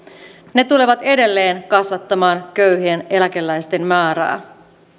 ne tulevat edelleen kasvattamaan köyhien eläkeläisten määrää